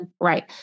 right